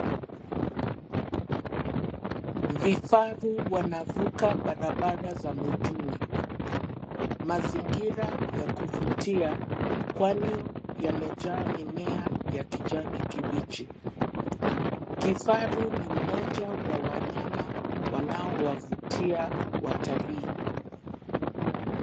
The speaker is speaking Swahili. Vifaru wanavuka barabara za mwituni. Mazingira ya kuvutia, kwani yamejaa mimea ya kijani kibichi. Kifaru ni mmoja wa wanyama wanaowavutia watalii.